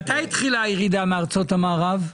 מתי התחילה הירידה מארצות המערב?